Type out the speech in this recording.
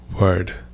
word